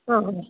ಹಾಂ ಹಾಂ